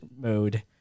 mode